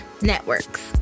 networks